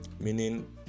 Meaning